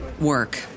work